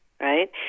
right